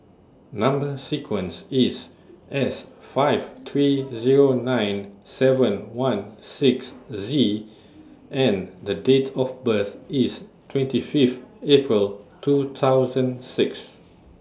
Number sequence IS S five three Zero nine seven one six Z and The Date of birth IS twenty Fifth April two thousand six